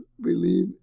believe